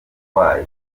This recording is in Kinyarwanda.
wayo